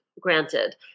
granted